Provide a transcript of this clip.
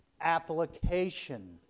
application